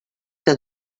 que